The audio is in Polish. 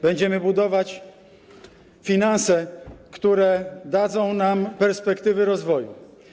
Będziemy budować finanse, które dadzą nam perspektywy rozwoju.